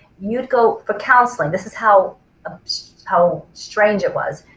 you'd go for counseling, this is how how strange it was.